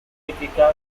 rispecchia